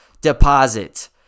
deposit